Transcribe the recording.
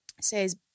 says